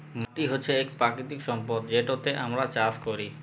মাটি হছে ইক পাকিতিক সম্পদ যেটতে আমরা চাষ ক্যরি